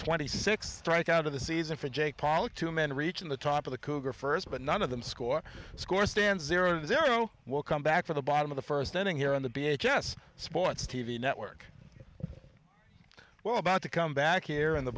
twenty six strike out of the season for jake pollock two men reaching the top of the cougar first but none of them score score stand zero zero will come back for the bottom of the first inning here in the b h s sports t v network well about to come back here in the